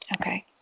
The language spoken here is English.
Okay